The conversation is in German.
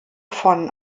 von